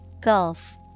Gulf